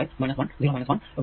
5 1 0 1 1